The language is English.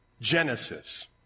Genesis